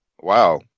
Wow